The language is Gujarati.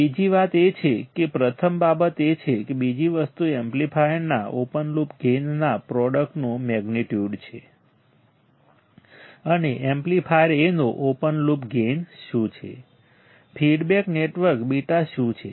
બીજી વાત એ છે કે પ્રથમ બાબત એ છે કે બીજી વસ્તુ એમ્પ્લીફાયરના ઓપન લૂપ ગેઇનના પ્રોડક્ટનું મેગ્નિટ્યુડ છે અને એમ્પ્લીફાયર A નો ઓપન લૂપ ગેઇન શું છે ફીડબેક નેટવર્ક β શું છે